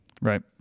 right